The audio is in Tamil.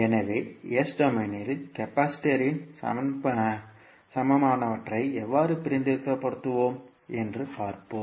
எனவே s டொமைனில் கெபாசிட்டரின் சமமானவற்றை எவ்வாறு பிரதிநிதித்துவப்படுத்துவோம் என்று பார்ப்போம்